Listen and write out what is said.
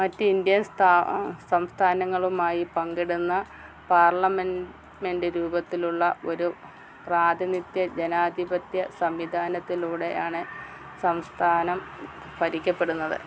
മറ്റ് ഇന്ത്യൻ സംസ്ഥാനങ്ങളുമായി പങ്കിടുന്ന പാർലമെൻ്റ് രൂപത്തിലുള്ള ഒരു പ്രാതിനിധ്യ ജനാധിപത്യ സംവിധാനത്തിലൂടെയാണ് സംസ്ഥാനം ഭരിക്കപ്പെടുന്നത്